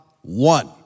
one